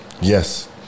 Yes